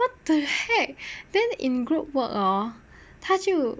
what the heck then in group work orh 他就